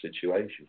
situation